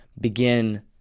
begin